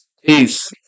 Peace